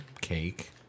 cake